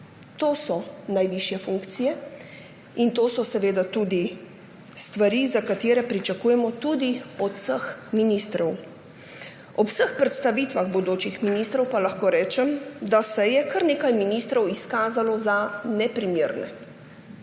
To so najvišje funkcije in to so seveda tudi stvari, ki jih pričakujemo tudi od vseh ministrov. Ob vseh predstavitvah bodočih ministrov pa lahko rečem, da se je kar nekaj ministrov izkazalo za neprimerne.